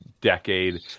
decade